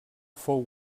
fou